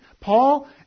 Paul